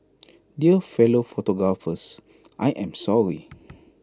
dear fellow photographers I am sorry